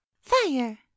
fire